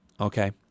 Okay